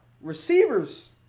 receivers